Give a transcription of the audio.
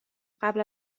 قبل